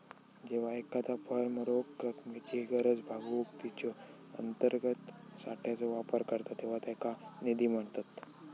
जेव्हा एखादा फर्म रोख रकमेची गरज भागवूक तिच्यो अंतर्गत साठ्याचो वापर करता तेव्हा त्याका निधी म्हणतत